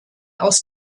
aus